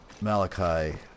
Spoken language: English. Malachi